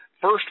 First